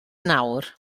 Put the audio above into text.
nawr